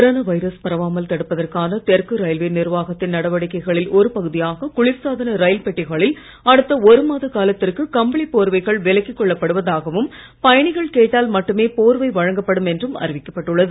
corona virus பரவாமல் தடுப்பதற்கான தெற்கு ரயில்வே நிர்வாகத்தின் நடவடிக்கைகளில் ஒரு பகுதியாக குளிர்சாதன ரயில் பெட்டிகளில் அடுத்த ஒரு மாத காலத்திற்கு கம்பளிப் போர்வைகள் விலக்கிக் கொள்ளப் படுவதாகவும் பயணிகள் கேட்டால் மட்டுமே போர்வை வழங்கப்படும் என்றும் அறிவிக்கப்பட்டுள்ளது